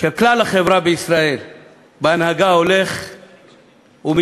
של כלל החברה בישראל בהנהגה הולך ומתמעט,